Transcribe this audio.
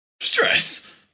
Stress